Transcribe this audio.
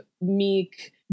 meek